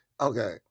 okay